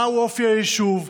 מה אופי היישוב,